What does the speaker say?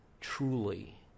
truly